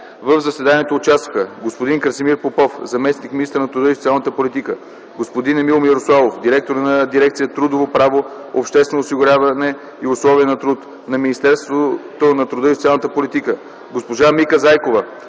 В заседанието участваха: господин Красимир Попов - заместник-министър на труда и социалната политика, господин Емил Мирославов - директор на дирекция „Трудово право, обществено осигуряване и условия на труд” в Министерството на труда и социалната политика, госпожа Мика Зайкова